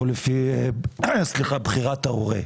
או לפי בחירת ההורה,